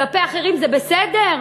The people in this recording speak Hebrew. וכלפי אחרים זה בסדר?